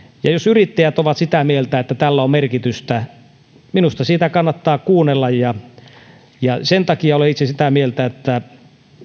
ja jos yrittäjät ovat sitä mieltä että tällä on merkitystä minusta sitä kannattaa kuunnella sen takia olen itse sitä mieltä että